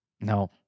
No